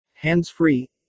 hands-free